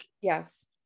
Yes